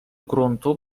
gruntu